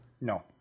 No